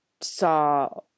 saw